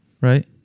right